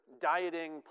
dieting